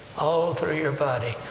all through your body!